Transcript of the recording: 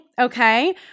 Okay